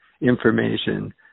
information